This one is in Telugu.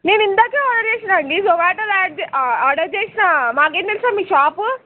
మేము ఇందాకే ఆర్డర్ చేసినా అండి జొమాటోలో యాడ్ చే ఆర్డర్ చేసినా మాకేం తెలుసు మీ షాపు